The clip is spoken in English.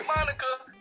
Monica